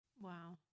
Wow